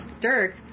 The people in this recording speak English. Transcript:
Dirk